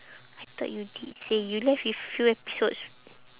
I thought you did say you left with few episodes